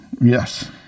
Yes